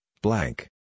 blank